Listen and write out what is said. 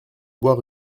bois